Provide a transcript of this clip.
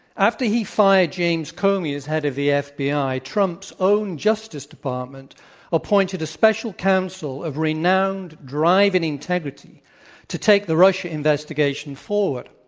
after he fired james comey as head of the fbi, trump's own justice department appointed a special counsel of renowned drive and integrity to take the russia investigation forward.